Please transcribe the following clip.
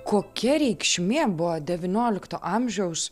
kokia reikšmė buvo devyniolikto amžiaus